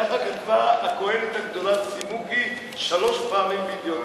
כך כתבה הכוהנת הגדולה צימוקי שלוש פעמים ב"ידיעות